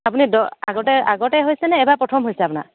আপুনি আগতে আগতে হৈছে নে এইবাৰ প্ৰথম হৈছে আপোনাৰ